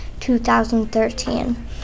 2013